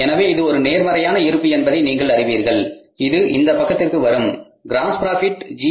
எனவே இது ஒரு நேர்மறையான இருப்பு என்பதை நீங்கள் அறிவீர்கள் இது இந்த பக்கத்திற்கு வரும் க்ராஸ் ப்ராபிட் ஜி